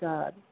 God